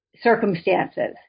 circumstances